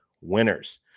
winners